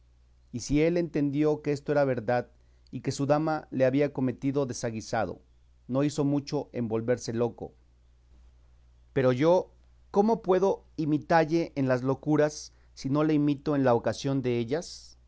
y si él entendió que esto era verdad y que su dama le había cometido desaguisado no hizo mucho en volverse loco pero yo cómo puedo imitalle en las locuras si no le imito en la ocasión dellas